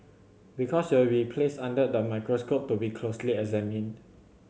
because you will replaced under the microscope to be closely examined